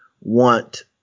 want